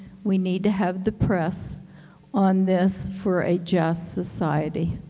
we need to have the press on this for a just society.